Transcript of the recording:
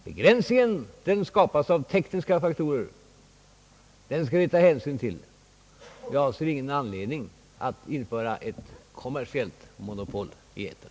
Begränsningen skapas av tekniska faktorer, och den skall vi ta hänsyn till. Men jag ser ingen anledning att införa ett kommersiellt monopol i etern.